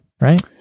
right